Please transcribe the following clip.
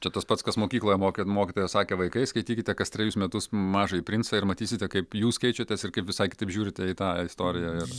čia tas pats kas mokykloje mokė mokytoja sakė vaikai skaitykite kas trejus metus mažąjį princą ir matysite kaip jūs keičiatės ir kaip visai kitaip žiūrite į tą istoriją ir